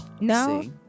No